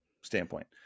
standpoint